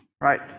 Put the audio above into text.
right